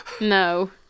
No